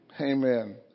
Amen